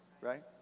right